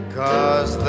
cause